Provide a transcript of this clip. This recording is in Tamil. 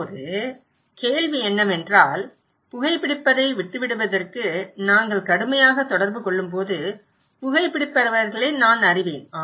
இப்போது கேள்வி என்னவென்றால் புகைபிடிப்பதை விட்டுவிடுவதற்கு நாங்கள் கடுமையாக தொடர்பு கொள்ளும்போது புகைபிடிப்பவர்களை நான் அறிவேன்